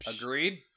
Agreed